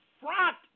front